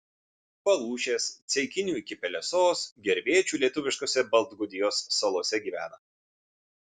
palūšės ceikinių iki pelesos gervėčių lietuviškose baltgudijos salose gyvena